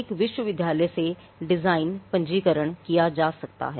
एक विश्वविद्यालय से डिजाइन पंजीकरण किया जा सकता है